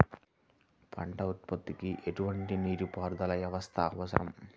పంట ఉత్పత్తికి ఎటువంటి నీటిపారుదల వ్యవస్థ అవసరం?